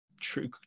true